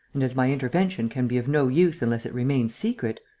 and, as my intervention can be of no use unless it remains secret,